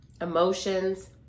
emotions